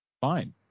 fine